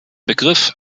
begriff